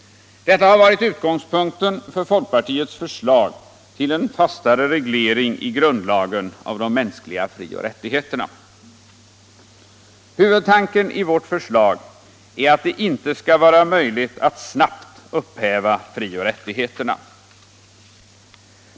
Detta har varit utgångspunkten för folkpartiets förslag till en fastare reglering i grundlagen av de mänskliga frioch rättigheterna. Huvudtanken i folkpartiets förslag är att det inte skall vara möjligt att snabbt upphäva frioch rättigheterna.